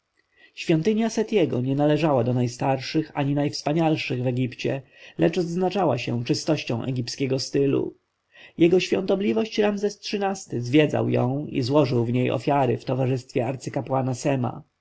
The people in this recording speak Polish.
świątynia setiego nie należała do najstarszych ani najwspanialszych w egipcie lecz odznaczała się czystością egipskiego stylu jego świątobliwość ramzes xiii-ty zwiedzał ją i złożył w niej ofiary w towarzystwie arcykapłana sema